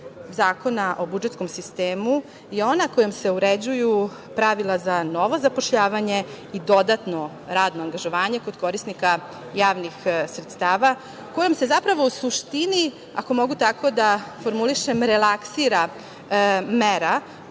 Zakona o budžetskom sistemu, je ona kojom se uređuju pravila za novo zapošljavanje i dodatno radno angažovanje kod korisnika javnih sredstava, kojom se zapravo u suštini, ako tako mogu da formulišem, relaksira mera